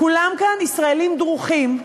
כולם כאן ישראלים דרוכים,